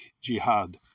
Jihad